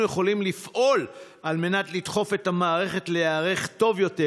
יכולים לפעול על מנת לדחוף את המערכת להיערך טוב יותר,